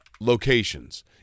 locations